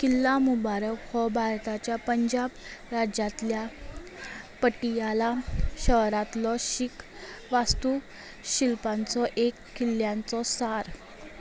किल्ला मुबारक हो भारताच्या पंजाब राज्यांतल्या पटियला शारांतलो शीख वास्तू शिल्पांचो एक किल्ल्यांचो सार